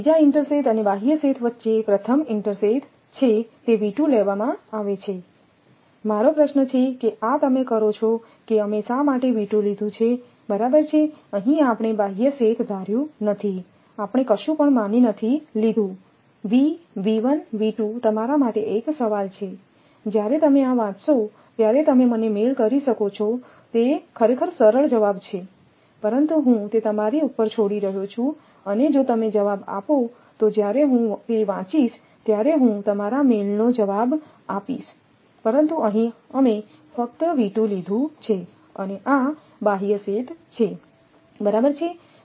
તેથી બીજા ઇન્ટરસેથ અને બાહ્ય સેથ વચ્ચે પ્રથમ ઇન્ટરસેથ છે તે લેવામાં આવે છે મારો પ્રશ્ન છે કે આ તમે કરો છો કે અમે શા માટે લીધું છેબરાબર છે અહીં આપણે બાહ્ય સેથ ધાર્યું નથી આપણે કશું પણ માની નથી લીધુંVતમારા માટે એક સવાલ છે જ્યારે તમે આ વાંચશો ત્યારે તમે મને મેઇલ કરી શકો છો તે ખરેખર સરળ જવાબ છે પરંતુ હું તે તમારી ઉપર છોડી રહ્યો છું અને જો તમે જવાબ આપો તો જ્યારે હું તે વાંચીશ ત્યારે હું તમારા મેઇલનો જવાબ આપીશ પરંતુ અહીં અમે ફક્ત લીધું છેઅને આ બાહ્ય સેથ છે બરાબર છે